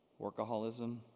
workaholism